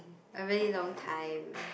a really long time